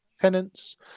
tenants